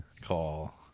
call